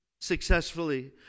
successfully